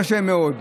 קשה מאוד.